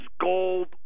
gold